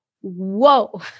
whoa